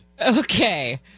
Okay